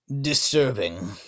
Disturbing